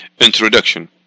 Introduction